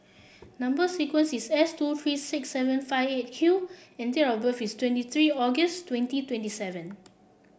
number sequence is S two three six seven five Eight Q and date of birth is twenty three August twenty twenty seven